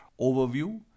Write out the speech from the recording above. overview